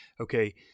Okay